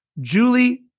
Julie